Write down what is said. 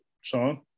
Sean